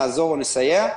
נעזור או נסייע,